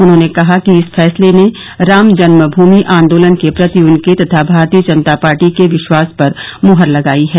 उन्होंने कहा कि इस फैसले ने रामजन्म भूमि आंदोलन के प्रति उनके तथा भारतीय जनता पार्टी के विश्वास पर मोहर लगाई है